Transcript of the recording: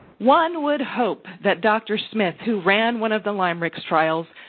one would hope that dr. smith, who ran one of the lymerix trials,